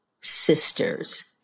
sisters